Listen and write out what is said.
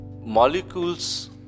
molecules